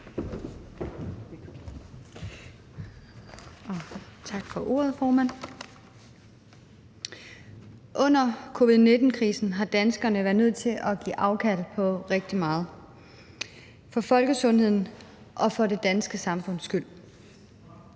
Under covid-19-krisen har danskerne været nødt til at give afkald på rigtig meget for folkesundhedens og for det danske samfunds skyld.